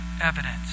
evidence